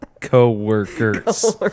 Co-workers